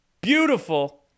beautiful